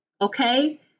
Okay